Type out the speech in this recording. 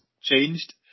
changed